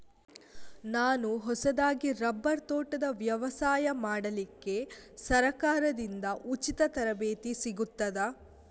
ನಾನು ಹೊಸದಾಗಿ ರಬ್ಬರ್ ತೋಟದ ವ್ಯವಸಾಯ ಮಾಡಲಿಕ್ಕೆ ಸರಕಾರದಿಂದ ಉಚಿತ ತರಬೇತಿ ಸಿಗುತ್ತದಾ?